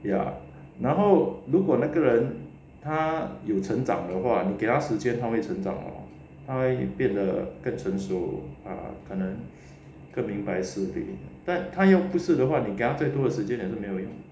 然后如果那个人他有成长的话你给他时间他会成长的他会变得更成熟啊可能更明白是非但他又不是的话你给他再多的时间也是没有用